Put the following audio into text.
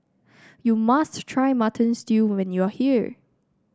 you must try Mutton Stew when you are here